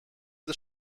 ist